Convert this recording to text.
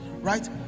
Right